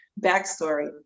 backstory